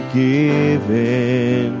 given